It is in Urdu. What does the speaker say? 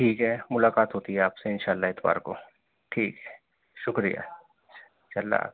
ٹھیک ہے ملاقات ہوتی ہے آپ سے انشاء اللہ اتوار کو ٹھیک ہے شکریہ